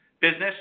business